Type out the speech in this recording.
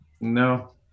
no